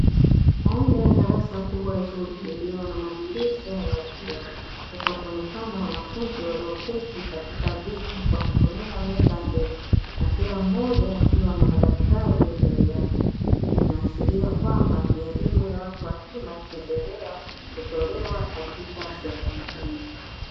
Moja ya darasa kubwa zuri liliyo na madirisha ya vioo. Huku wakionekana wanafunzi walioketi katika viti kwa kutumia meza ndefu na kila mmoja akiwa na madaftari mbele yake. Hii inaashiria kwamba ni elimu ya watu wazima ikiendelea kutolewa katika sehemu hiyo.